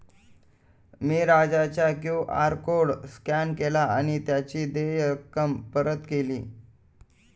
मी राजाचा QR code scan केला आणि त्याची देय रक्कम परत केली